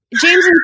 James